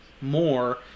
more